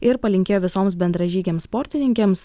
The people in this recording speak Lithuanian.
ir palinkėjo visoms bendražygėms sportininkėms